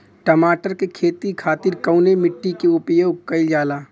टमाटर क खेती खातिर कवने मिट्टी के उपयोग कइलजाला?